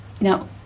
Now